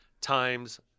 times